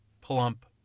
plump